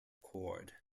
cord